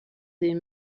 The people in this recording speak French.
des